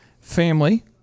Family